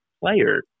player